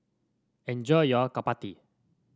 enjoy your Chapati